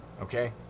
Okay